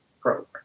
program